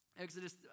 Exodus